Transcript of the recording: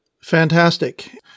Fantastic